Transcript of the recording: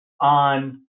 on